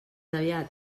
aviat